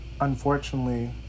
unfortunately